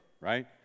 right